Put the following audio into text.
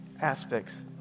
aspects